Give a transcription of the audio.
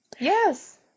Yes